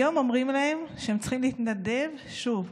היום אומרים להם שהם צריכים להתנדב שוב.